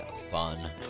fun